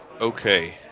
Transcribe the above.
okay